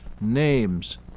name's